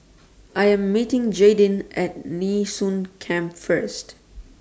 I Am meeting Jaydin At Nee Soon Camp First